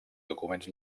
documents